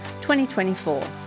2024